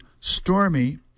stormy